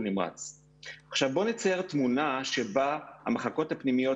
עכשיו בואו נצייר תמונה שבה המחלקות הפנימיות